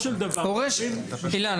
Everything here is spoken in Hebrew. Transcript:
אילן,